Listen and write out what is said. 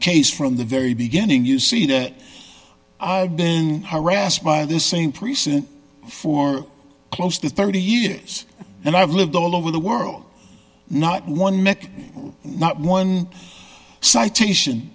case from the very beginning you see that i've been harassed by this same precinct for close to thirty years and i've lived all over the world not one mic not one citation